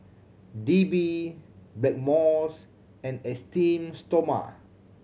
D B Blackmores and Esteem Stoma